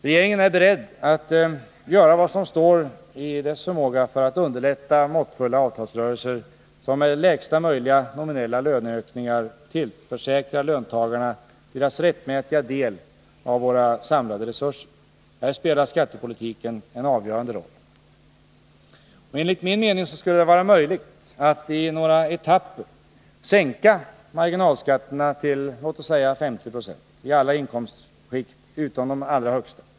Regeringen är beredd att göra vad som står i dess förmåga för att underlätta måttfulla avtalsrörelser, som med lägsta möjliga nominella löneökningar tillförsäkrar löntagarna deras rättmätiga del av våra samlade resurser. Här spelar skattepolitiken en avgörande roll. Enligt min mening skulle det vara möjligt att i några etapper sänka marginalskatterna till högst 50 96 i alla inkomstskikt utom de allra högsta.